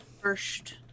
First